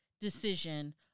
decision